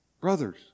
Brothers